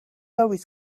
always